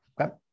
okay